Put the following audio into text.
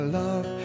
love